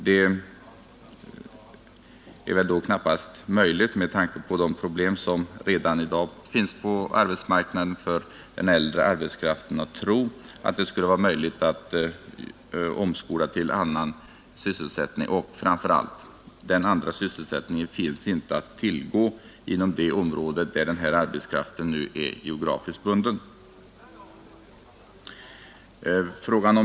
Det är väl då knappast möjligt, med tanke på de problem som redan i dag finns på arbetsmarknaden för den äldre arbetskraften, att omskola dem till annan sysselsättning. Framför allt finns den andra sysselsättningen inte att tillgå inom det område där den här arbetskraften nu är geografiskt bunden.